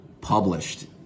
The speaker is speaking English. published